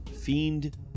Fiend